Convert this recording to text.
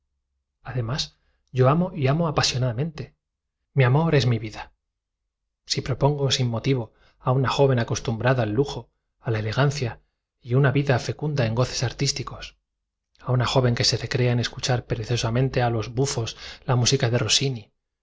además yo amo y amo apasionadamente mi amor es mi vida si propongo sin motivo a una joven acostumbrada al lujo a la ele i la batalla de sedán la batalla de sadowa la regancia a un vida fecunda en goces artísticos a una joven que se re í dención de italia la batalla de mukden crea en escuchar perezosamente en los bufos la música de rossini